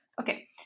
okay